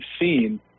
seen